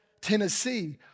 Tennessee